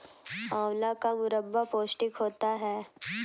आंवला का मुरब्बा पौष्टिक होता है